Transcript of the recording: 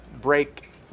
break